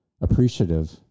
appreciative